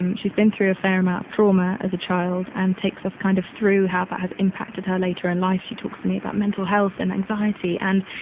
um she's been through a fair amount of trauma as a child and takes us kind of through how that has impacted her later in life. she talks to me about mental health and anxiety and,